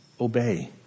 obey